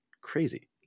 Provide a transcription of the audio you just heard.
crazy